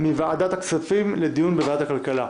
מוועדת הכספים לדיון בוועדת הכלכלה,